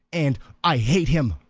and i hate him.